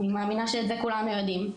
אני מאמינה שאת זה כולנו יודעים,